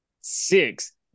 Six